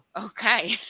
okay